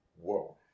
whoa